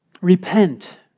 Repent